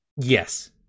Yes